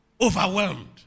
overwhelmed